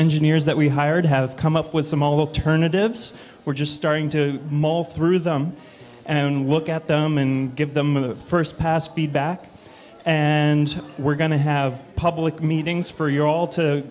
engineers that we hired have come up with some alternatives we're just starting to mull through them and look at them and give them a first pass be back and we're going to have public meetings for you all to